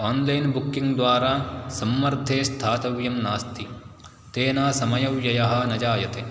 online booking द्वारा संवर्धे स्थातव्यं नास्ति तेन समयव्ययः न जायते